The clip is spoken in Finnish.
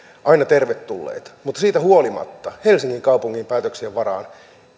aina tervetulleita mutta siitä huolimatta helsingin kaupungin päätöksien varaan